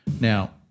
Now